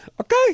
Okay